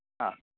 हा